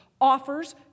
offers